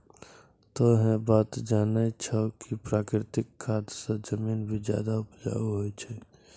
तोह है बात जानै छौ कि प्राकृतिक खाद स जमीन भी ज्यादा उपजाऊ होय छै